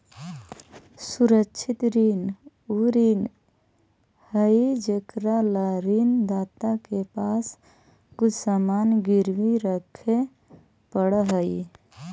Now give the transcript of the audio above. सुरक्षित ऋण उ ऋण हइ जेकरा ला ऋण दाता के पास कुछ सामान गिरवी रखे पड़ऽ हइ